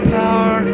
power